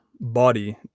body